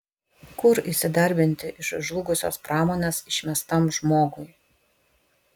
kur įsidarbinti iš žlugusios pramonės išmestam žmogui